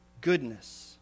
goodness